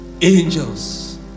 Angels